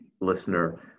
listener